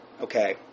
Okay